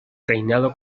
reinado